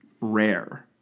rare